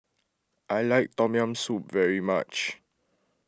I like Tom Yam Soup very much